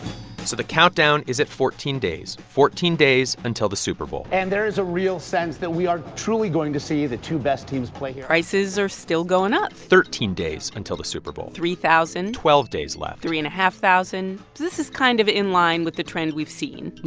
so the countdown is at fourteen days fourteen days until the super bowl and there is a real sense that we are truly going to see the two best teams play here. prices are still going up thirteen days until the super bowl three thousand twelve days left three-and-a-half thousand. so this is kind of in line with the trend we've seen you